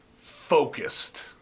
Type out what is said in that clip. focused